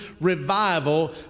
revival